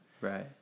Right